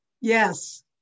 Yes